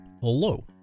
Hello